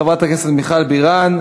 חברת הכנסת מיכל בירן,